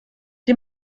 die